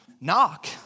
knock